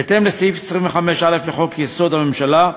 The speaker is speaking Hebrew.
בהתאם לסעיף 25(א) לחוק-יסוד: הממשלה,